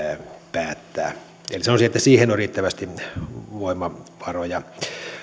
päättää eli sanoisin että siihen on riittävästi voimavaroja